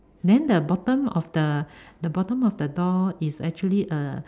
then the bottom of the the bottom of the door is actually a